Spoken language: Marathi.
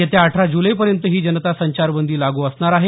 येत्या अठरा जुलैपर्यंत ही जनता संचारबंदी लागू असणार आहे